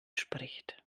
spricht